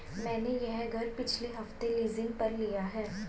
मैंने यह घर पिछले हफ्ते लीजिंग पर लिया है